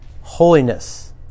holiness